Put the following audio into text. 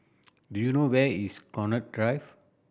do you know where is Connaught Drive